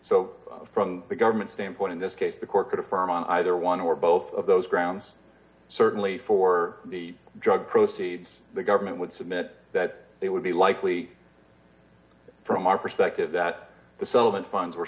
so from the government standpoint in this case the court could affirm on either one or both of those grounds certainly for the drug proceeds the government would submit that they would be likely from our perspective that the sullivan funds were